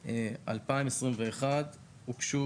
לפעמים התלונה היא לא כלפי חוקר